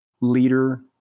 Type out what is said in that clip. leader